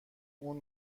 اون